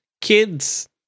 Kids